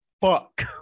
fuck